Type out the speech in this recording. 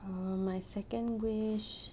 um my second wish